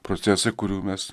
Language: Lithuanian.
procesai kurių mes